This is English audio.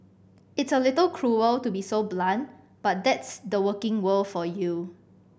it's a little cruel to be so blunt but that's the working world for you